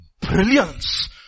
Brilliance